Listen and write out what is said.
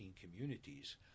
communities